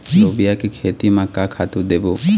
लोबिया के खेती म का खातू देबो?